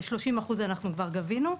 כ-30% אנחנו כבר גבינו.